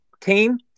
team